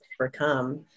overcome